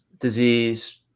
disease